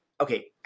okay